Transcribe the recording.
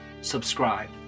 subscribe